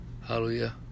Hallelujah